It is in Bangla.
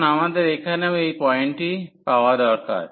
এখন আমাদের এখানেও এই পয়েন্টটি পাওয়া দরকার